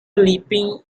leaping